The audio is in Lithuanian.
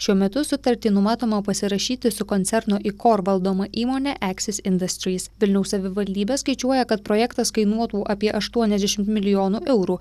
šiuo metu sutartį numatoma pasirašyti su koncerno ikor valdoma įmone eksis indastrys vilniaus savivaldybė skaičiuoja kad projektas kainuotų apie aštuoniasdešimt milijonų eurų